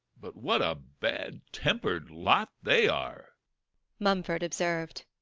but what a bad-tempered lot they are mumford observed.